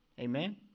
Amen